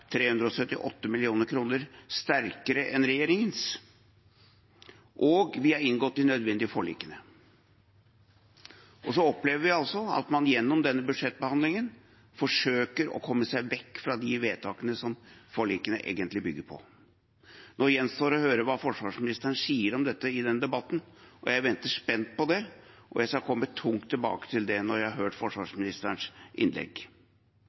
378 mill. kr sterkere enn regjeringens, og vi har inngått de nødvendige forlikene. Så opplever vi altså at man gjennom denne budsjettbehandlingen forsøker å komme seg vekk fra de vedtakene som forlikene egentlig bygger på. Nå gjenstår det å høre hva forsvarsministeren sier om dette i denne debatten. Jeg venter spent på det, og jeg skal komme tungt tilbake til det når jeg har hørt forsvarsministerens innlegg.